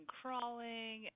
crawling